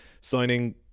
signing